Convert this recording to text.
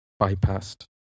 bypassed